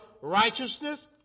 righteousness